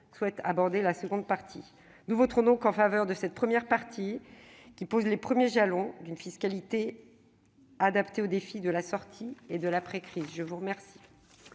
souhaite en aborder la seconde partie. Nous voterons donc en faveur de cette première partie qui pose les premiers jalons d'une fiscalité adaptée aux défis de la sortie de crise et de l'après-crise. La parole